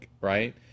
right